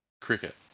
cricket